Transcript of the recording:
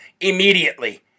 immediately